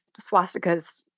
swastikas